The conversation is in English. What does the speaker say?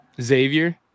Xavier